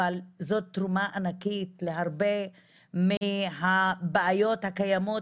אבל זאת תרומה ענקית להרבה מהבעיות הקיימות